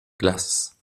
glace